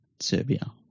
Serbia